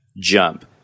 jump